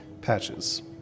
Patches